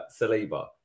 Saliba